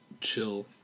chill